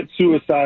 suicide